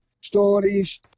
stories